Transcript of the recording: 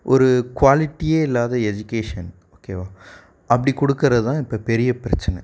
ஒரு குவாலிட்டியே இல்லாத எஜிகேஷன் ஓகேவா அப்படி கொடுக்கற தான் இப்போ பெரிய பிரச்சின